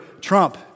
Trump